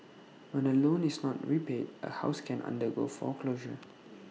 when A loan is not repaid A house can undergo foreclosure